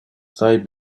they